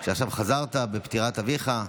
עכשיו שחזרת אחרי פטירת אביך.